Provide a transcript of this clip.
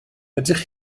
ydych